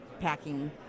packing